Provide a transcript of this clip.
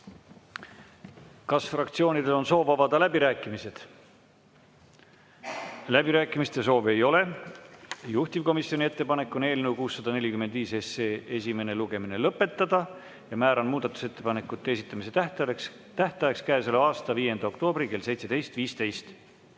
Kas fraktsioonidel on soov avada läbirääkimised? Läbirääkimiste soovi ei ole. Juhtivkomisjoni ettepanek on eelnõu 645 esimene lugemine lõpetada. Määran muudatusettepanekute esitamise tähtajaks käesoleva aasta 5. oktoobri kell 17.15.Nii,